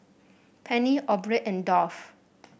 Penny Aubrey and Dolph